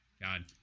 God